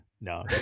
No